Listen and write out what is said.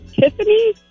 Tiffany